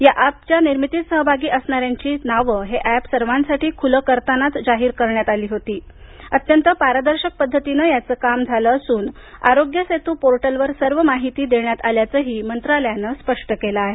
या अॅपच्या निर्मितीत सहभागी असणाऱ्याची नावं हे अॅप सर्वांसाठी खुलं करतानाचा जाहीर करण्यात आली होती अत्यंत पारदर्शक पद्धतीनं याचं काम झालं असून आरोग्य सेतू पोर्टलवर सर्व माहिती देण्यात आल्याचंही मंत्रालयानं स्पष्ट केलं आहे